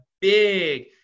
big